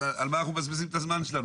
אז על מה אנחנו מבזבזים את הזמן שלנו?